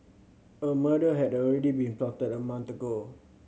a murder had already been plotted a month ago